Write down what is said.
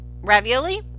ravioli